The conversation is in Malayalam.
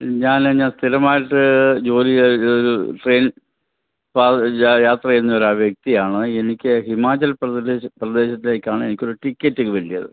ഞാനെന്നാ സ്ഥിരമായിട്ട് ജോലി ചെയ്തൊരു ട്രൈൻ പാ യാ യാത്ര ചെയ്യുന്ന ഒരു വ്യക്തിയാണ് എനിക്ക് ഹിമാചൽ പ്രദേശ് പ്രദേശത്തേക്കാണ് എനിക്കൊരു ടിക്കറ്റിന് വേണ്ടിയത്